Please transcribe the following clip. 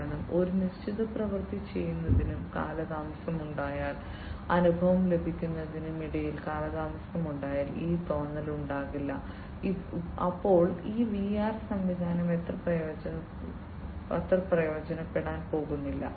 കാരണം ഒരു നിശ്ചിത പ്രവൃത്തി ചെയ്യുന്നതിനും കാലതാമസം ഉണ്ടായാൽ അനുഭവം ലഭിക്കുന്നതിനും ഇടയിൽ കാലതാമസം ഉണ്ടായാൽ ആ തോന്നൽ ഉണ്ടാകില്ല അപ്പോൾ ഈ വിആർ സംവിധാനം അത്ര പ്രയോജനപ്പെടാൻ പോകുന്നില്ല